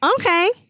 okay